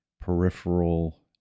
peripheral